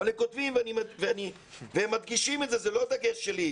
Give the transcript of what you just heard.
הם כותבים ומדגישים, זה לא דגש שלי: